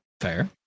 fair